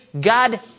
God